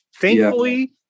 Thankfully